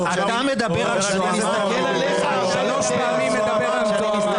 תיזהר שלא יביאו מכת"זיות...